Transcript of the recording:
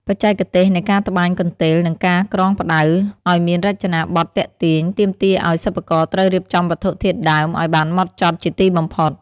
បច្ចេកទេសនៃការត្បាញកន្ទេល និងការក្រងផ្ដៅឱ្យមានរចនាប័ទ្មទាក់ទាញ ទាមទារឱ្យសិប្បករត្រូវរៀបចំវត្ថុធាតុដើមឱ្យបានហ្មត់ចត់ជាទីបំផុត។